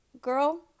Girl